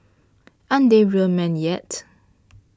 aren't they real men yet